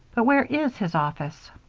but where is his office?